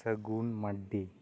ᱥᱟᱹᱜᱩᱱ ᱢᱟᱨᱰᱤ